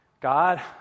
God